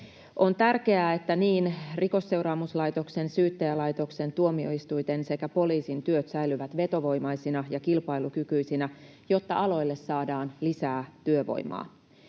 On tärkeää, että niin Rikosseuraamuslaitoksen, Syyttäjälaitoksen, tuomioistuinten kuin poliisin työt säilyvät vetovoimaisina ja kilpailukykyisinä, jotta aloille saadaan lisää työvoimaa.